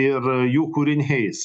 ir jų kūriniais